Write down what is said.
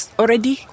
already